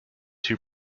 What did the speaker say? too